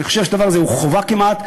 אני חושב שהדבר הזה הוא חובה כמעט.